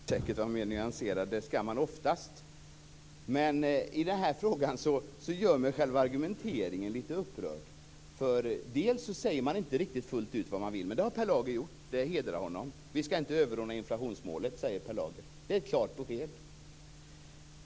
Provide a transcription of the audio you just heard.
Fru talman! Ja, jag borde säkert vara mer nyanserad, det skall man oftast vara. Men i den här frågan gör själva argumenteringen mig lite upprörd. Man säger inte riktigt fullt ut vad man vill, men det har Per Lager gjort, och det hedrar honom. Vi skall inte överordna inflationsmålet, säger Per Lager. Det är ett klart besked.